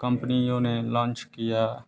कम्पनियों ने लांच किया